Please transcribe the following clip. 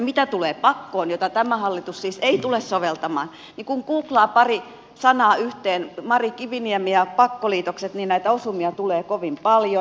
mitä tulee pakkoon jota tämä hallitus siis ei tule soveltamaan niin kun googlaa pari sanaa yhteen mari kiviniemi ja pakkoliitokset niin näitä osumia tulee kovin paljon